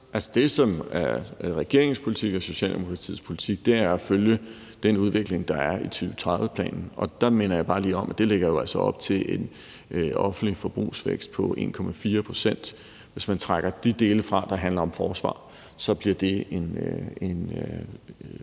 det, som er regeringens politik og Socialdemokratiets politik, er at følge den udvikling, der er i 2030-planen, og der minder jeg bare lige om, at det jo altså lægger op til en offentlig forbrugsvækst på 1,4 pct. Hvis man trækker de dele, der handler om forsvar, fra, bliver det en